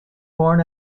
born